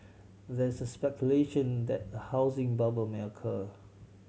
there is speculation that a housing bubble may occur